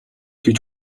гэж